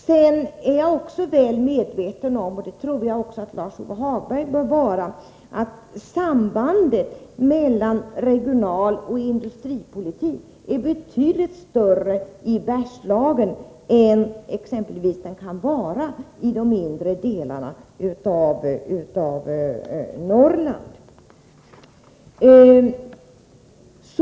Sedan är jag väl medveten om — och det trodde jag också att Lars-Ove Hagberg skulle vara — att sambandet mellan regionaloch industripolitik är betydligt starkare i Bergslagen än det kan vara exempelvis i de inre delarna av Norrland.